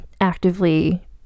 actively